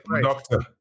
doctor